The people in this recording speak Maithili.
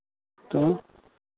तऽ